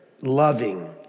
loving